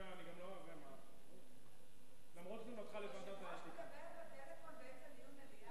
הנושא הבא על סדר-היום: כישלון ממשלת נתניהו בתחומים המדיני,